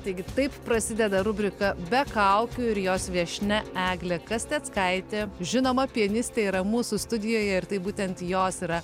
taigi taip prasideda rubrika be kaukių ir jos viešnia eglė kasteckaitė žinoma pianistė yra mūsų studijoje ir tai būtent jos yra